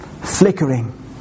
flickering